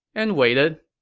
and waited,